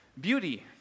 Beauty